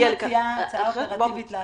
אני מציעה הצעה אופרטיבית לשיחה.